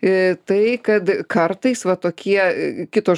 i tai kad kartais va tokie kito